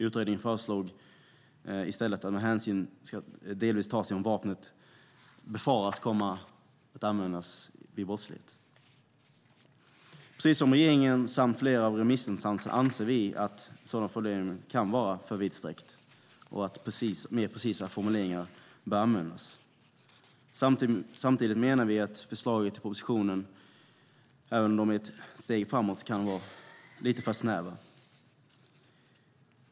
Utredningen föreslog i stället att hänsyn delvis ska tas till om "vapnet befaras komma till brottslig användning". Precis som regeringen samt flera remissinstanser anser vi att en sådan formulering kan vara för vidsträckt och att mer precisa formuleringar bör användas. Samtidigt menar vi att förslagen i propositionen kan vara lite för snäva.